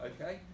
Okay